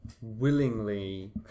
willingly